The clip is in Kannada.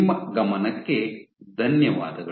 ನಿಮ್ಮ ಗಮನಕ್ಕೆ ಧನ್ಯವಾದಗಳು